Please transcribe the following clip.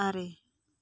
ᱟᱨᱮ